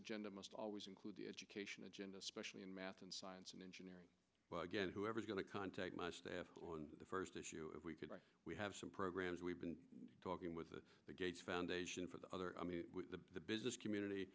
agenda must always include the education agenda especially in math and science and engineering again whoever is going to contact my staff the first issue we could we have some programs we've been talking with the gates foundation for the other i mean the business community